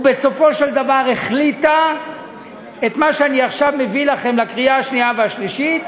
ובסופו של דבר החליטה את מה שאני עכשיו מביא לכם לקריאה שנייה ושלישית,